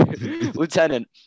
Lieutenant